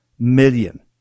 million